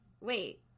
Wait